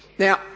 Now